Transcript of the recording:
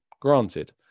granted